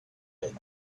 had